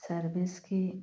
ꯁꯥꯔꯕꯤꯁꯀꯤ